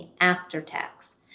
after-tax